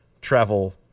travel